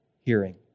hearing